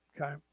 okay